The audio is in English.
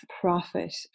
profit